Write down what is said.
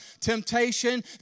temptation